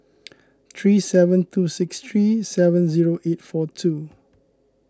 three seven two six three seven zero eight four two